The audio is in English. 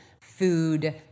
food